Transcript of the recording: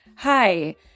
Hi